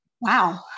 wow